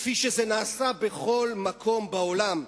כפי שזה נעשה בכל מקום בעולם,